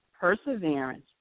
perseverance